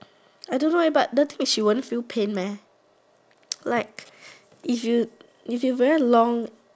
I don't know eh but the thing is she won't feel pain meh like if you if you wear long